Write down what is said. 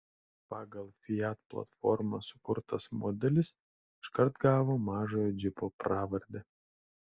pagal fiat platformą sukurtas modelis iškart gavo mažojo džipo pravardę